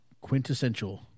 Quintessential